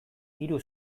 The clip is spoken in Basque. hiru